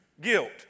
guilt